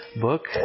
book